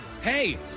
Hey